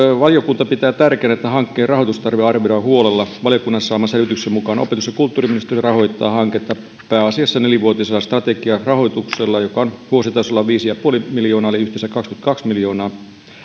valiokunta pitää tärkeänä että hankkeen rahoitustarve arvioidaan huolella valiokunnan saaman selvityksen mukaan opetus ja kulttuuriministeriö rahoittaa hanketta pääasiassa nelivuotisella strategiarahoituksella joka on vuositasolla viisi pilkku viisi miljoonaa eli yhteensä kaksikymmentäkaksi miljoonaa